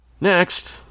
Next